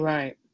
Right